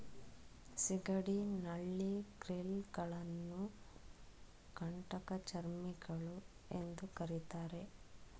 ಸಿಗಡಿ, ನಳ್ಳಿ, ಕ್ರಿಲ್ ಗಳನ್ನು ಕಂಟಕಚರ್ಮಿಗಳು ಎಂದು ಕರಿತಾರೆ